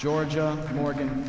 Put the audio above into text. georgia morgan